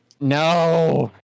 No